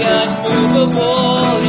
unmovable